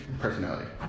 personality